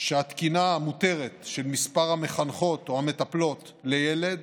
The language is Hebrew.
שהתקינה המותרת של מספר המחנכות או המטפלות לילד